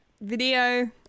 video